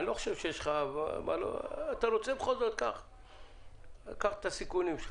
בבקשה, קח את הסיכונים.